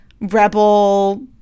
rebel